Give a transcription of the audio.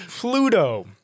Pluto